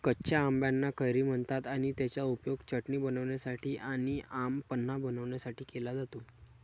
कच्या आंबाना कैरी म्हणतात आणि त्याचा उपयोग चटणी बनवण्यासाठी आणी आम पन्हा बनवण्यासाठी केला जातो